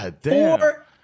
four